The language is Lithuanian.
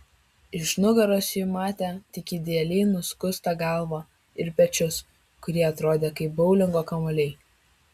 iš nugaros ji matė tik idealiai nuskustą galvą ir pečius kurie atrodė kaip boulingo kamuoliai